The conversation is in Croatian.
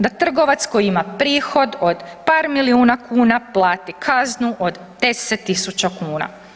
Da trgovac, koji ima prihod od par milijuna kuna plati kaznu od 10 tisuća kuna?